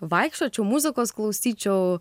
vaikščiočiau muzikos klausyčiau